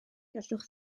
gallwch